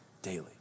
Daily